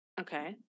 Okay